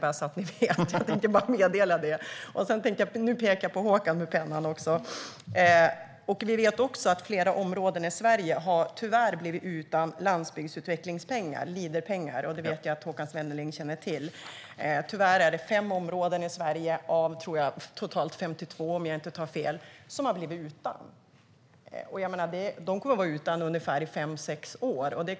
Jag vill bara meddela detta, så att ni vet. Nu pekar jag på Håkan med pennan också. Vi vet också att flera områden i Sverige tyvärr har blivit utan landsbygdsutvecklingspengar, Leaderpengar, och det vet jag att Håkan Svenneling känner till. Tyvärr är det fem områden av totalt 52 som har blivit utan. De kommer att vara utan i ungefär fem sex år.